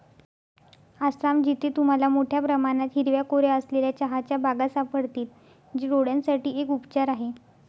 आसाम, जिथे तुम्हाला मोठया प्रमाणात हिरव्या कोऱ्या असलेल्या चहाच्या बागा सापडतील, जे डोळयांसाठी एक उपचार आहे